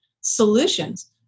solutions